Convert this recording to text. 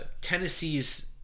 Tennessee's